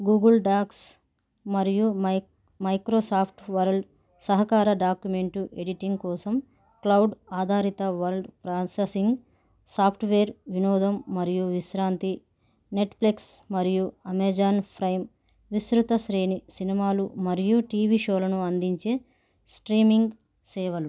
Google Docs మరియు mic Microsoft Word సహకార document editing కోసం క్లౌడ్ ఆధారిత వర్డ్ ప్రాసెసింగ్ సాఫ్ట్వేర్ వినోదం మరియు విశ్రాంతి నెట్ఫ్లక్స్ మరియు అమెజాన్ ఫ్రైమ్ విస్తృత శ్రేణి సినిమాలు మరియు టీవీ షోలను అందించే స్ట్రీమింగ్ సేవలు